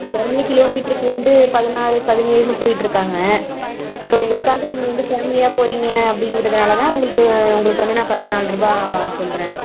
எல்லாருமே கிலோமீட்ருக்கு வந்து பதினாறு பதினேழுன்னு போயிட்ருக்காங்க உங்களுக்காக நீங்கள் வந்து ஃபேமிலியாக போகறிங்க அப்படிங்கிறதுனால தான் உங்களுது உங்களுக்கு வந்து நான் பதினால்ரூபா சொல்கிறேன்